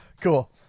Cool